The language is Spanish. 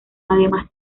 además